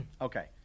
Okay